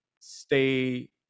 stay